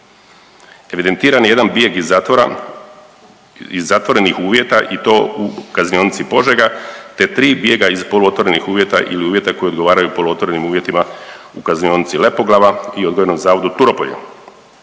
Evidentiran je jedan bijeg iz zatvora, iz zatvorenih uvjeta i to u kaznionici Požega te tri bijega iz polu otvorenih uvjeta ili uvjeta koji odgovaraju polu otvorenim uvjetima u kaznionici Lepoglava i odgojnom zavodu Turopolje.